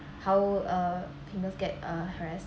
how uh females get harassed